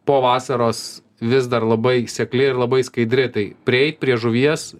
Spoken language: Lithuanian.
po vasaros vis dar labai sekli ir labai skaidri tai prieit prie žuvies